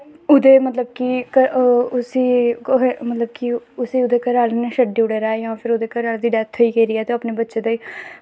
ओह्दे मतलब कि ओह् उसी मतलब कि उसी ओह्दे घरै आह्ले ने छड्डी ओड़े दा ऐ जां फिर ओह्दे घरै आह्ले दी डैथ होई गेदी ऐ ते अपने बच्चें ताईं